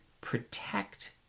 protect